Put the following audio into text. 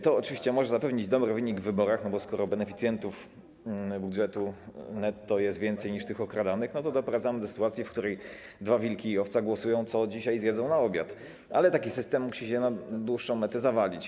To oczywiście może zapewnić dobry wynik w wyborach, bo skoro beneficjentów budżetu netto jest więcej niż tych okradanych, to doprowadzamy do sytuacji, w której dwa wilki i owca głosują, co dzisiaj zjedzą na obiad, ale taki system musi się na dłuższą metę zawalić.